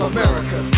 America